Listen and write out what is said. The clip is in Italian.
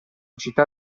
città